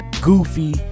goofy